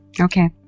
Okay